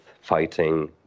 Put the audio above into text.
fighting